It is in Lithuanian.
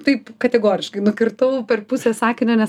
taip kategoriškai nukirtau per pusę sakinio nes